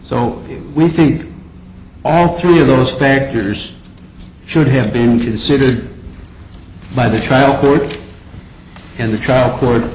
so we think all three of those factors should have been considered by the trial court and the trial co